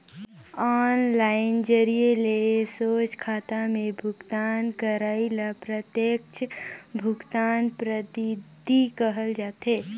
online जरिए ले सोझ खाता में भुगतान करई ल प्रत्यक्छ भुगतान पद्धति कहल जाथे